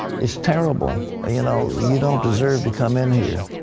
it's terrible. you know you don't deserve to come in here.